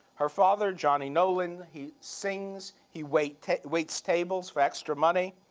her father johnny nolan, he sings, he waits waits tables for extra money.